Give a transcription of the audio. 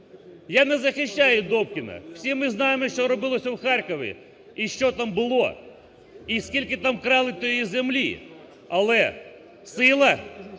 Я не захищаю Добкіна. Всі ми знаємо, що робилося в Харкові і що там було, і скільки там крали тієї землі. Але сила